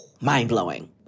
Mind-blowing